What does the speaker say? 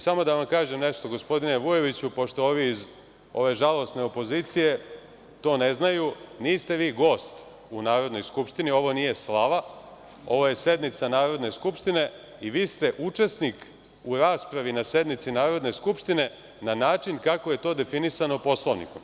Samo da vam kažem nešto, gospodine Vujovići, pošto ovi iz ove žalosne opozicije to ne znaju, niste vi gost u Narodnoj skupštini, ovo nije slava, ovo je sednica Narodne skupštine i vi ste učesnik u raspravi na sednici Narodne skupštine, na način kako je to definisano Poslovnikom.